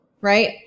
right